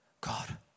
God